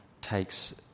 takes